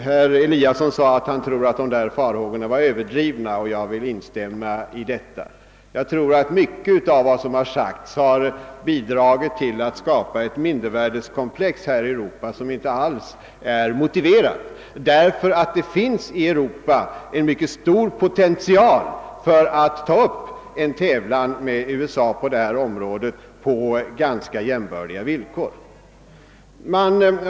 Herr Eliasson sade att han tror att dessa farhågor var överdrivna, och jag vill instämma i det. Mycket av vad som sagts har bidragit till att skapa ett mindervärdeskomplex här i Europa som inte alls är motiverat, eftersom det i Europa på detta område finns en mycket stor potential att ta upp en tävlan med USA på ganska jämbördiga villkor.